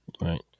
Right